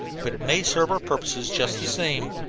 but it may serve our purposes just the same.